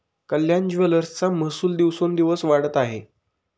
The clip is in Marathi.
कल्याण ज्वेलर्सचा महसूल दिवसोंदिवस वाढत आहे